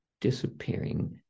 disappearing